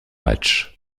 matchs